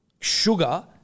Sugar